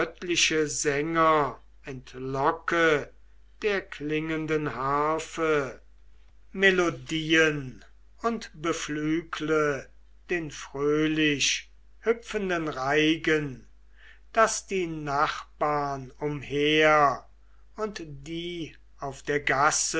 sänger entlocke der klingenden harfe melodien und beflügle den fröhlichhüpfenden reigen daß die nachbarn umher und die auf der gasse